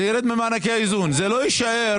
זה לא יישאר